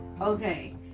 Okay